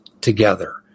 together